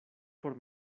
por